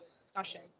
discussion